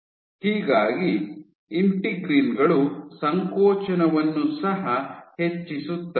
ಹೀಗಾಗಿ ಇಂಟಿಗ್ರಿನ್ ಗಳು ಸಂಕೋಚನವನ್ನು ಸಹ ಹೆಚ್ಚಿಸುತ್ತವೆ